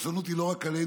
והדורסנות היא לא רק עלינו,